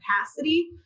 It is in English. capacity